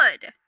Good